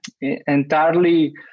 entirely